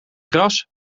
gras